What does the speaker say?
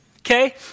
Okay